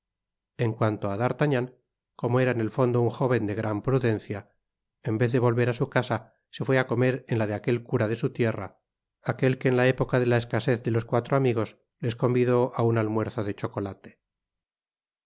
en cuanto á d'artagnan como era en el fondo un jóven de gran prudencia en vez de volver á su casa se fué á comer en la de aquel cura de su tierra aquel que en la época de la escasez de los cuatro amigos les convidó á un almuerzo de